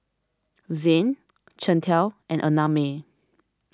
Zayne Chantal and Annamae